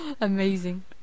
Amazing